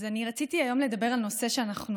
אז אני רציתי היום לדבר על נושא שאנחנו